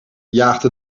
jaagden